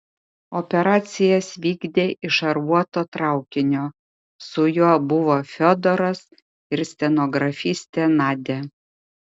operacijas vykdė iš šarvuoto traukinio su juo buvo fiodoras ir stenografistė nadia